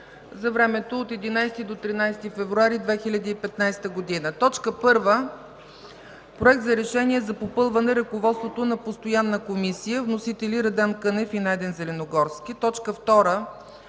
за времето от 11 до 13 февруари 2015 г.: 1. Проект за решение за попълване ръководството на постоянна комисия. Вносители – Радан Кънев и Найден Зеленогорски. 2.